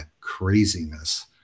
craziness